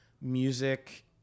music